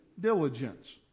diligence